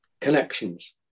connections